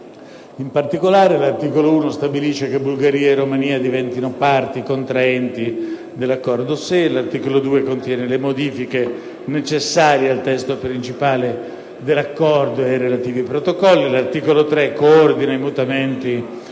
In particolare, l'articolo 1 stabilisce che Bulgaria e Romania diventino parti contraenti dell'Accordo SEE e l'articolo 2 contiene le modifiche che si rendono necessarie al testo principale dell'Accordo e ai relativi Protocolli. L'articolo 3 coordina i mutamenti